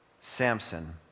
Samson